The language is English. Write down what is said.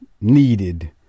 needed